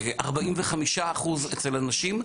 45% אצל הנשים,